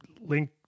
Link